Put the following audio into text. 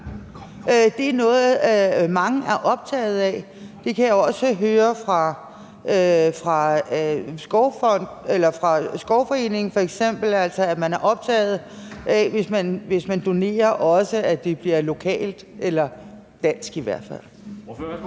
Det er noget, mange er optaget af. Det kan jeg også høre fra f.eks. Dansk Skovforening, altså at man er optaget af, at det bliver lokalt eller i hvert fald